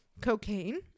cocaine